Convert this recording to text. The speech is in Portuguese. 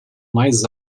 mais